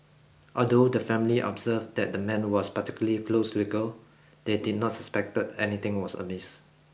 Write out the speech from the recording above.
although the family observed that the man was particularly close they did not suspect anything was a miss